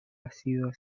ácido